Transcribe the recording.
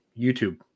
YouTube